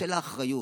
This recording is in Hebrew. בשל האחריות.